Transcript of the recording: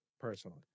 personally